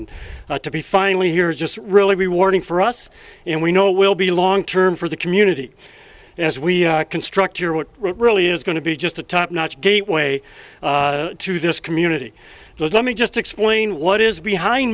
and to be finally here is just really rewarding for us and we know it will be long term for the community and as we construct year what really is going to be just a top notch gateway to this community let me just explain what is behind